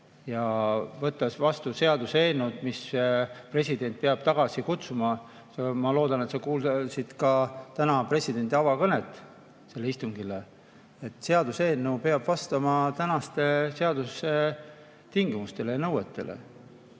ja võtta vastu seaduseelnõu, mille president peab tagasi kutsuma. Ma loodan, et sa kuulasid ka täna presidendi avakõnet sellel istungil. Seaduseelnõu peab vastama seaduse tingimustele ja nõuetele.